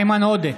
איימן עודה,